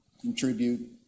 contribute